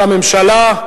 על הממשלה,